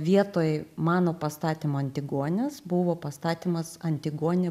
vietoj mano pastatymo antigonės buvo pastatymas antigonė